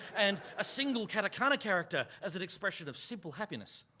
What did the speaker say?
and a single katakana character as an expression of simple happiness.